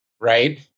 right